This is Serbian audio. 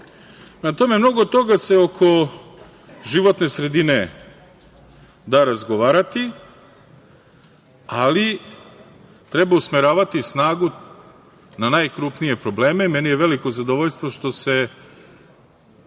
tome, mnogo toga se oko životne sredine da razgovarati, ali treba usmeravati snagu na najkrupnije probleme. Meni je veliko zadovoljstvo što se